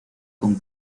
con